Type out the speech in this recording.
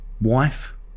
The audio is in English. wife